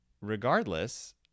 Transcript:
regardless